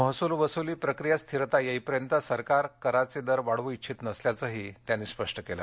महसुल वसुली प्रक्रियेत स्थिरता येईपर्यंत सरकार कराचे दर वाढवू इच्छित नसल्याचंही त्यांनी स्पष्ट केलं आहे